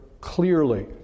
clearly